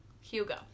Hugo